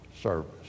service